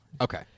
okay